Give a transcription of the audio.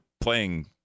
playing